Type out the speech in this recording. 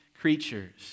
creatures